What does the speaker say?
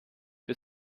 für